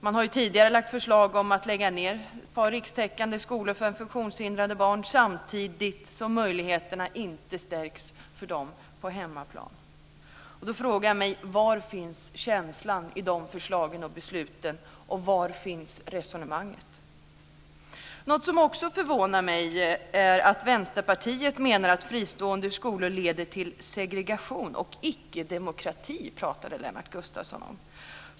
Man har tidigare lagt fram förslag om att lägga ned ett par rikstäckande skolor för funktionshindrade barn, samtidigt som möjligheterna inte stärks för dem på hemmaplan. Då frågar jag mig: Var finns känslan i de förslagen och besluten, och var finns resonemanget? Något som också förvånar mig är att Vänsterpartiet menar att fristående skolor leder till segregation och icke-demokrati. Det pratade Lennart Gustavsson om.